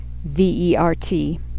V-E-R-T